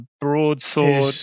broadsword